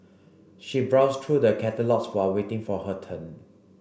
she browsed through the catalogues while waiting for her turn